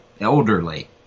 elderly